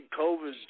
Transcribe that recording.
COVID